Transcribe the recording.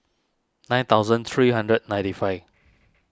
nine thousand three hundred ninety five